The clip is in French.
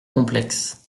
complexe